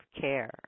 care